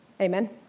Amen